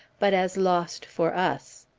but as lost for us.